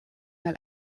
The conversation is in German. mal